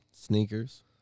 Sneakers